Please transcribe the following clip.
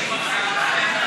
עכשיו תהיה יהודית?